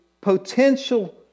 potential